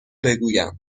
بگویم